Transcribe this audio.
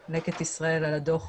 מודה ללקט ישראל על הדוח